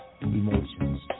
Emotions